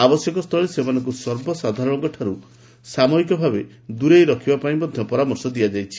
ଆବଶ୍ୟକ ସ୍ଥଳେ ସେମାନଙ୍କୁ ସର୍ବସାଧାରଣଙ୍କଠାରୁ ସାମୟିକ ଭାବେ ଦୂରେଇ ରଖିବା ପାଇଁ ମଧ୍ୟ ପରାମର୍ଶ ଦିଆଯାଇଛି